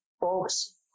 folks